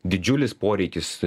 didžiulis poreikis